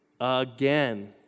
again